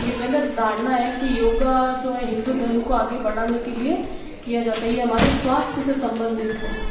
यह गलत धारणा है कि योगा जो है हिंदू धर्म को आगे बढ़ाने के लिए किया जाता है ये हमारे स्वास्थय से संबंधित है